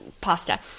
pasta